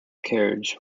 carriage